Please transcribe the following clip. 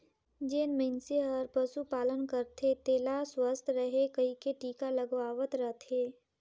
जेन मइनसे हर पसु पालन करथे तेला सुवस्थ रहें कहिके टिका लगवावत रथे